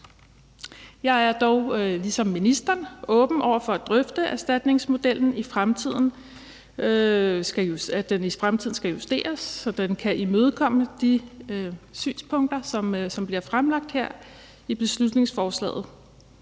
Jeg er dog ligesom ministeren åben over for at drøfte, om erstatningsmodellen i fremtiden skal justeres, så den kan imødekomme de synspunkter, som bliver fremlagt her i beslutningsforslaget.